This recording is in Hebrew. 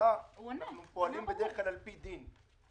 אנחנו פועלים בדרך כלל על פי דין.